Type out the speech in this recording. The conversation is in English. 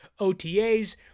OTAs